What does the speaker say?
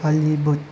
ꯑꯥꯂꯤꯕꯨꯠ